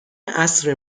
عصر